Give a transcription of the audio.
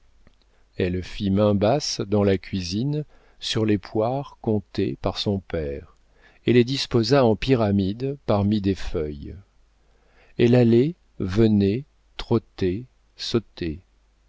elle fit main basse dans la cuisine sur les poires comptées par son père et les disposa en pyramide parmi des feuilles elle allait venait trottait sautait